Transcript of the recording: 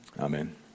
Amen